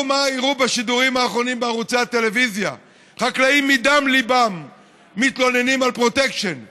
אדוני השר, עמיתיי